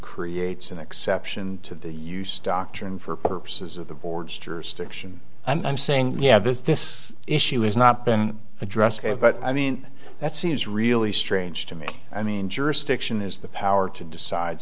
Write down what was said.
creates an exception to the use doctrine for purposes of the board's jurisdiction and i'm saying yeah this this issue has not been addressed but i mean that seems really strange to me i mean jurisdiction is the power to decide